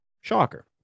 Shocker